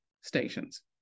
stations